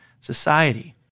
society